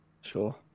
sure